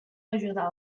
ajudar